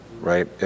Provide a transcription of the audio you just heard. right